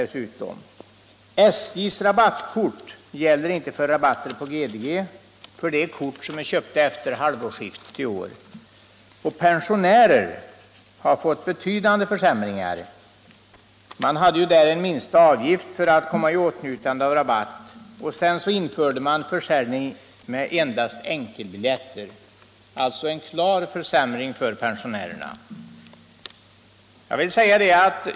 SJ:s rabattkort gäller inte för rabatter på GDG för de kort som är köpta efter halvårsskiftet i år. Pensionärer har fått betydande försämringar. Man hade där en minsta avgift för att de skulle komma i åtnjutande av rabatt, och sedan införde man försäljning av endast enkelbiljetter — alltså en klar försämring för pensionärerna.